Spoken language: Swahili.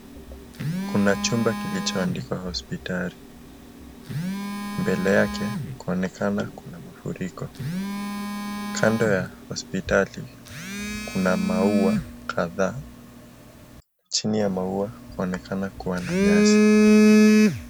Kuna chumba kilichoandikwa hospitali mbele yake kuonekana kuna mafuriko. Kando ya hospitali kuna maua kadhaa, chini ya maua inaonekana kuwa na nyasi.